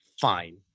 fine